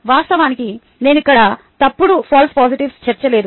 వాస్తవానికి నేను ఇక్కడ తప్పుడు పాజిటివ్లను చేర్చలేదు